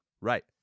Right